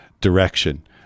direction